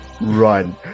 run